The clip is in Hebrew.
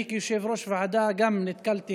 גם אני כיושב-ראש ועדה נתקלתי